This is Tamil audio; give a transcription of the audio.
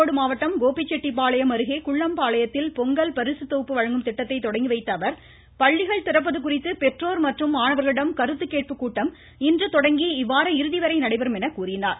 ஈரோடு மாவட்டம் கோபிசெட்டி பாளையம் அருகே குள்ளம்பாளையத்தில் பொங்கல் பரிசு தொகுப்பு வழங்கும் திட்டத்தை தொடங்கிவைத்த அவர் பள்ளிகள் திறப்பது குறித்து பெற்றோர் மற்றும் மாணவர்களிடம் கருத்து கேட்பு கூட்டம் இன்று தொடங்கி இவ்வார இறுதி வரை நடைபெறும் என தெரிவித்தார்